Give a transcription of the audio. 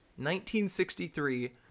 1963